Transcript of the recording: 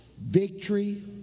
victory